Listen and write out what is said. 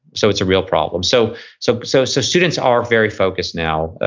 so it's a real problem. so so so so students are very focused now.